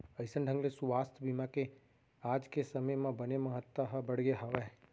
अइसन ढंग ले सुवास्थ बीमा के आज के समे म बने महत्ता ह बढ़गे हावय